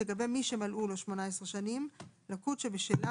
לגבי מי שמלאו לו שמונה עשרה שנים - לקות שבשלה